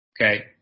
Okay